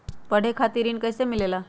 पढे खातीर ऋण कईसे मिले ला?